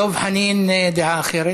דב חנין, דעה אחרת.